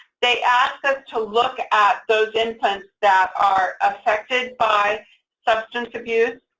they ask us to look at those infants that are affected by substance abuse,